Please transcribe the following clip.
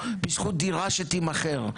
בזכות דירה שתימכר.